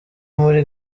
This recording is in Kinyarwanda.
muri